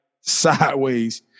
sideways